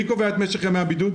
מי קובע את משך ימי הבידוד?